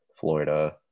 Florida